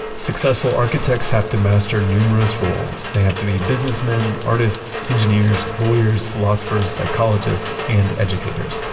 successful architects have to master numerous rules. they have to be businessmen, artists, engineers, lawyers, philosophers, psychologists, and educators,